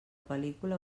pel·lícula